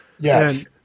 Yes